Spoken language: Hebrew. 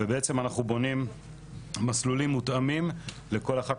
ובעצם אנחנו בונים מסלולים מותאמים לכל אחת